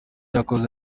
yakoze